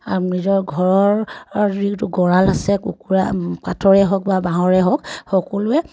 আৰু নিজৰ ঘৰৰ যিটো গঁৰাল আছে কুকুৰা কাঠৰেই হওক বা বাঁহৰে হওক সকলোৱে